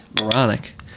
moronic